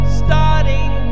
starting